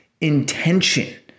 intention